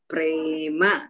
Prema